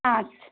আচ্ছা